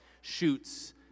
shoots